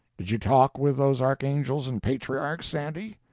did you talk with those archangels and patriarchs, sandy?